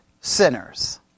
sinners